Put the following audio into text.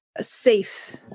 safe